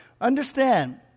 Understand